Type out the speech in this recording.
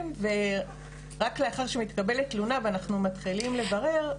ורק לאחר שמתקבלת תלונה ואנחנו מתחילים לברר,